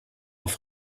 auf